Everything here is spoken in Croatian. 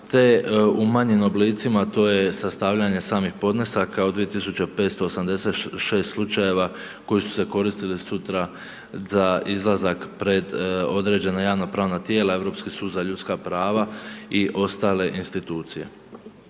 te u manjim oblicima, to je sastavljanje samih podnesaka od 2586 slučajeva koji su se koristili sutra za izlazak pred određena javno-pravna tijela, Europski sud za ljudska prava i ostale institucije.